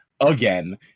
again